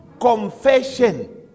confession